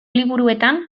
liburuetan